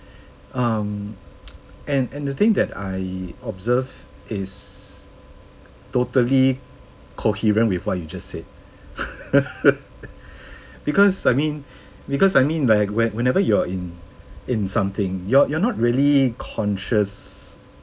um and and the thing that I observed is totally coherent with what you just said because I mean because I mean like when whenever you're in in something you're you're not really conscious